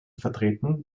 vertreten